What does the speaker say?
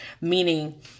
Meaning